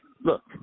look